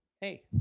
hey